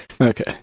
Okay